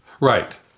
Right